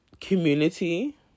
community